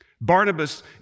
Barnabas